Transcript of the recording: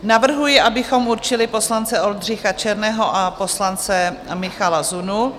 Navrhuji, abychom určili poslance Oldřicha Černého a poslance Michala Zunu.